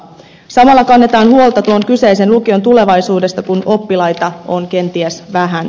samalla kannetaan huolta tuon kyseisen lukion tulevaisuudesta kun oppilaita on kenties vähän